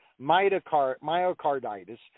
myocarditis